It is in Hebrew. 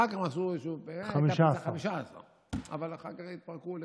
אחר כך הם עשו, 15. 15, אבל אחר כך התפרקו לגמרי.